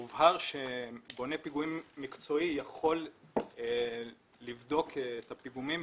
הובהר שבונה פיגומים מקצוע יכול לבדוק את הפיגומים,